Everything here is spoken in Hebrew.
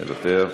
מוותר,